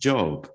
Job